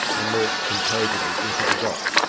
and lurched composedly into the dock,